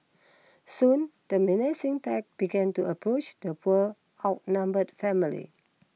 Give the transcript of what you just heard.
soon the menacing pack began to approach the poor outnumbered family